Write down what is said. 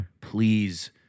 please